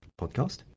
podcast